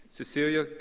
Cecilia